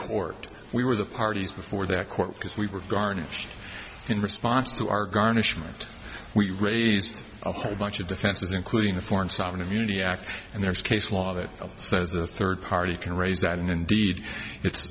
court we were the parties before that court because we were garnished in response to our garnishment we raised a whole bunch of defenses including the foreign sovereign immunity act and there's case law that says that a third party can raise that and indeed it's